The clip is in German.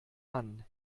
mann